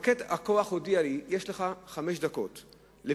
מפקד הכוח הודיע לי: 'יש לך חמש דקות לפינוי'.